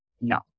No